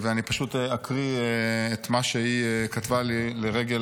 אני פשוט אקריא את מה שהיא כתבה לי לרגל